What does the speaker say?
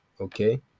Okay